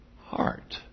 heart